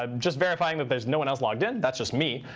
um just verifying that there's no one else logged in. that's just me.